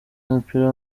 w’umupira